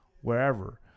wherever